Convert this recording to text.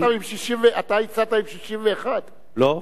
אתה הצעת עם 61. לא,